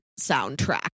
soundtrack